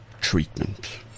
treatment